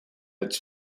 its